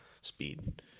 speed